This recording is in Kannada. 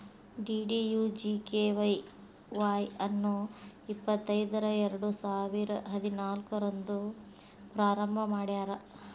ಡಿ.ಡಿ.ಯು.ಜಿ.ಕೆ.ವೈ ವಾಯ್ ಅನ್ನು ಇಪ್ಪತೈದರ ಎರಡುಸಾವಿರ ಹದಿನಾಲ್ಕು ರಂದ್ ಪ್ರಾರಂಭ ಮಾಡ್ಯಾರ್